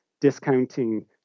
discounting